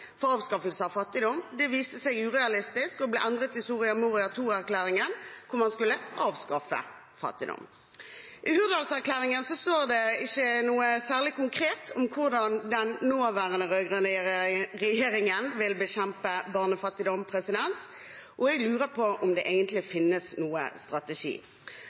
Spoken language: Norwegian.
for avskaffelse av fattigdom. Det viste seg å være urealistisk og ble endret i Soria Moria II-erklæringen, hvor man skulle avskaffe fattigdom. I Hurdalserklæringen står det ikke noe særlig konkret om hvordan den nåværende rød-grønne regjeringen vil bekjempe barnefattigdom. Jeg lurer på om det egentlig finnes noen strategi,